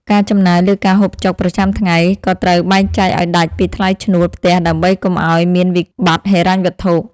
ការចំណាយលើការហូបចុកប្រចាំថ្ងៃក៏ត្រូវបែងចែកឱ្យដាច់ពីថ្លៃឈ្នួលផ្ទះដើម្បីកុំឱ្យមានវិបត្តិហិរញ្ញវត្ថុ។